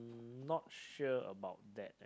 not sure about that